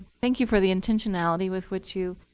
thank you for the intentionality with which you